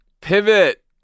Pivot